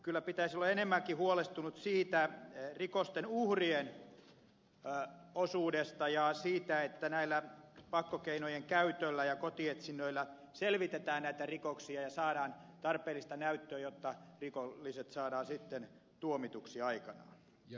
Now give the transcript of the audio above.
kyllä pitäisi olla enemmänkin huolestunut rikosten uhrien osuudesta ja siitä että näillä pakkokeinojen käytöllä ja kotietsinnöillä selvitetään näitä rikoksia ja saadaan tarpeellista näyttöä jotta rikolliset saadaan sitten tuomituksi aikanaan